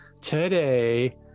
today